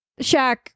Shaq